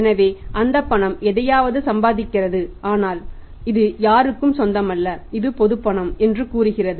எனவே அந்த பணம் எதையாவது சம்பாதிக்கிறது ஆனால் இது யாருக்கும் சொந்தமல்ல இது பொதுப் பணம் என்று கூறுகிறது